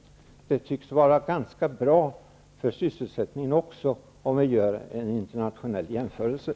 Vid en internationell jämförelse kan man se att det tycks vara bra även för sysselsättningen.